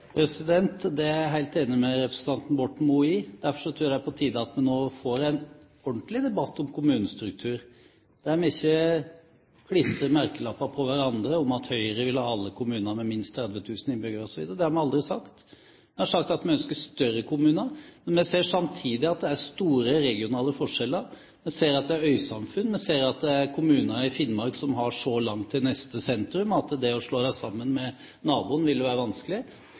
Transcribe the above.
Det er jeg helt enig med representanten Borten Moe i. Derfor tror jeg det er på tide at vi nå får en ordentlig debatt om kommunestruktur, der vi ikke klistrer merkelapper på hverandre, som at Høyre vil at alle kommuner skal ha minst 30 000 innbyggere osv. Det har vi aldri sagt. Vi har sagt at vi ønsker større kommuner, men vi ser samtidig at det er store regionale forskjeller. Vi ser at det er øysamfunn. Vi ser at det er kommuner i Finnmark hvor det er så langt til neste sentrum at det å slå dem sammen med naboen ville være vanskelig.